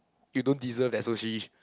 you don't deserve that sushi